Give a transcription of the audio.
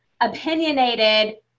opinionated